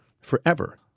forever